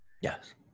Yes